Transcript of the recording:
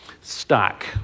stack